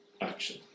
action